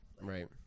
right